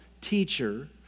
teacher